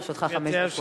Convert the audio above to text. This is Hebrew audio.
לרשותך חמש דקות.